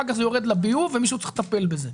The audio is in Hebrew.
אחר כך זה יורד לביוב ומישהו צריך לטפל בזה.